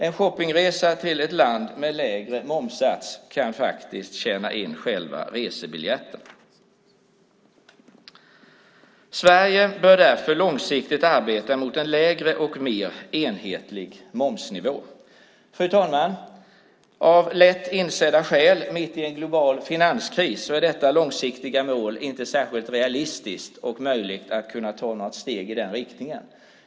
En shoppingresa till ett land med en lägre momssats kan faktiskt tjäna in själva resebiljetten. Sverige bör därför långsiktigt arbeta i riktning mot en lägre och mer enhetlig momsnivå. Fru talman! Av lätt insedda skäl nu mitt i en global finanskris är detta långsiktiga mål inte särskilt realistiskt. Inte heller är det möjligt att kunna ta steg i den riktningen.